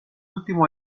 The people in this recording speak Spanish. último